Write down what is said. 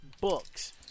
books